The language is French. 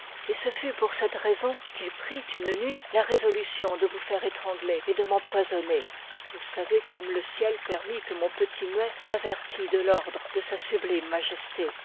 et ce fut pour cette raison qu'il prit une nuit la résolution de vous faire étrangler et de m'empoisonner vous savez comme le ciel permit que mon petit muet m'avertît de l'ordre de sa sublime majesté